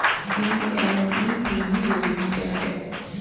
PMEPG योजना क्या है?